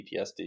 PTSD